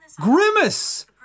Grimace